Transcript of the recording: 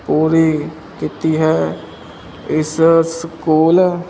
ਪੂਰੀ ਕੀਤੀ ਹੈ ਇਸ ਸਕੂਲ